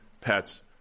pets